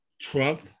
Trump